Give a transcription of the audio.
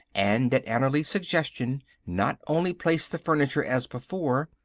and at annerly's suggestion, not only placed the furniture as before,